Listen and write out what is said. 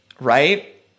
right